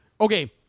okay